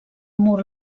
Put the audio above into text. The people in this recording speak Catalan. mur